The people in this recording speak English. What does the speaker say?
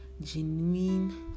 genuine